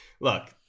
Look